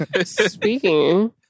Speaking